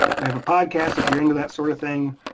we have a podcast if you're into that sort of thing.